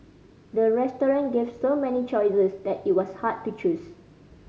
the restaurant gave so many choices that it was hard to choose